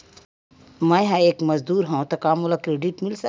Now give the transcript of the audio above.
मैं ह एक मजदूर हंव त का मोला क्रेडिट मिल सकथे?